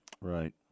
Right